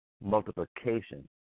multiplication